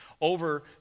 over